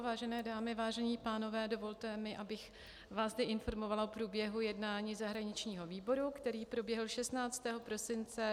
Vážené dámy, vážení pánové, dovolte mi, abych vás informovala o průběhu jednání zahraničního výboru, který proběhl 16. prosince 2015.